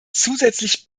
zusätzlich